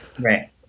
Right